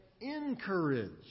encourage